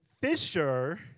fisher